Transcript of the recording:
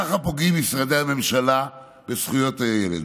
ככה פוגעים משרדי הממשלה בזכויות הילד,